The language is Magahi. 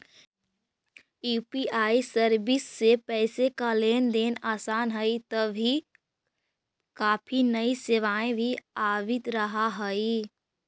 यू.पी.आई सर्विस से पैसे का लेन देन आसान हई तभी काफी नई सेवाएं भी आवित रहा हई